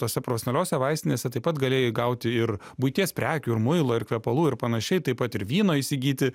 tose profesonaliose vaistinėse taip pat galėjai gauti ir buities prekių ir muilo ir kvepalų ir panašiai taip pat ir vyno įsigyti